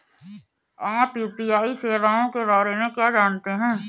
आप यू.पी.आई सेवाओं के बारे में क्या जानते हैं?